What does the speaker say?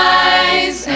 eyes